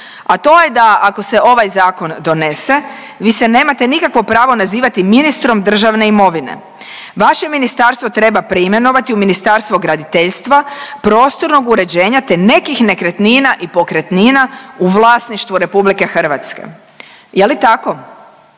a to je da ako se ovaj zakon donese vi se nemate nikakvo pravo nazivati ministrom državne imovine. Vaše ministarstvo treba preimenovati u Ministarstvu graditeljstva, prostornog uređenja, te nekih nekretnina i pokretnina u vlasništvu Republike Hrvatske. Je li tako?